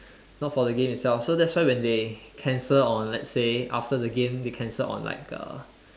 not for the game itself so that's why they cancel on let's say after the game they cancel on like uh